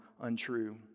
untrue